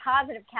positive